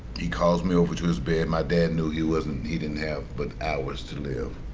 he calls me over to his bed. my dad knew he wasn't, he didn't have but hours to live.